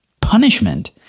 Punishment